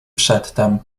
przedtem